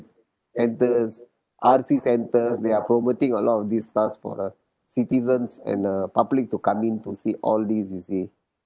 centres R_C centres they are promoting a lot of this dance for the citizens and uh public to come in to see all these you see